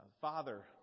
Father